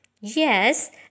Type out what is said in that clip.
Yes